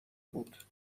بود